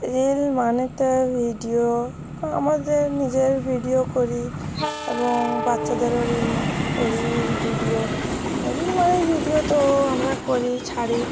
reel মানে তো video আমাদের নিজের ভিডিও করি এবং বাচ্চাদেরও রিল করি রিল ভিডিও রিল মানে ভিডিও তো আমরা করি ছাড়ি